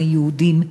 עם היהודים,